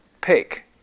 pick